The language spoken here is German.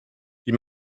die